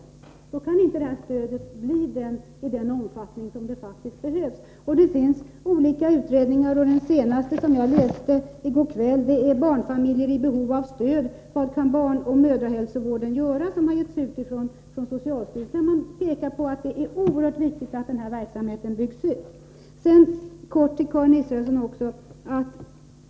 Annars kan inte det här stödet bli av den omfattning som det faktiskt behöver vara. Det finns olika utredningar — den senaste, som jag läste i går kväll, heter Barnfamiljer i behov av stöd. Vad kan barnoch mödrahälsovården göra? och har getts ut av socialstyrelsen — där man pekar på att det är oerhört viktigt att den här verksamheten byggs ut.